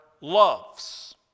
loves